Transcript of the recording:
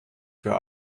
für